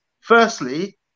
firstly